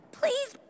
please